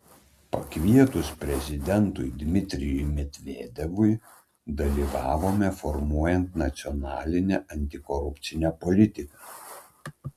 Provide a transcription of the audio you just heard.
pakvietus prezidentui dmitrijui medvedevui dalyvavome formuojant nacionalinę antikorupcinę politiką